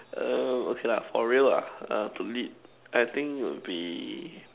err okay lah for real ah to lead I think would be